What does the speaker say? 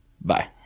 Bye